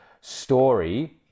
story